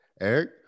Eric